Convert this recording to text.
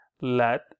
let